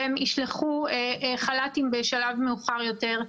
והם ישלחו חל"תים בשלב מאוחר יותר.